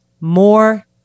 more